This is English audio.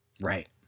Right